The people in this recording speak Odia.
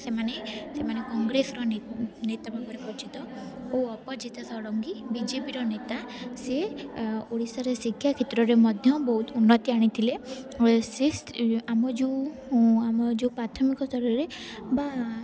ସେମାନେ ସେମାନେ କଂଗ୍ରେସର ନେତା ଭାବରେ ପରିଚିତ ଓ Aparajita Sarangi B J P ର ନେତା ସିଏ ଓଡ଼ିଶାର ଶିକ୍ଷା କ୍ଷେତ୍ରରେ ମଧ୍ୟ ବହୁତ ଉନ୍ନତି ଆଣିଥିଲେ ସେ ସ୍ତ୍ରୀ ଆମ ଯେଉଁ ଆମ ଯେଉଁ ପ୍ରାଥମିକ ସ୍ତରରେ ବା